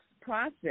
process